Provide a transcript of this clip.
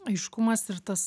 aiškumas ir tas